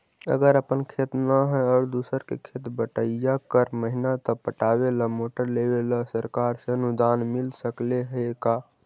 अगर अपन खेत न है और दुसर के खेत बटइया कर महिना त पटावे ल मोटर लेबे ल सरकार से अनुदान मिल सकले हे का?